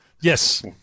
yes